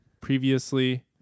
previously